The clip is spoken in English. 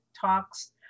talks